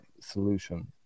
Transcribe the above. solution